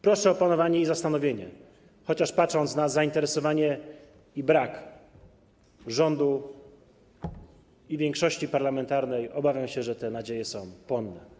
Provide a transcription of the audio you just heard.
Proszę o opanowanie i zastanowienie się, chociaż patrząc na zainteresowanie i brak rządu i większości parlamentarnej, obawiam się, że te nadzieje są płonne.